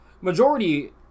majority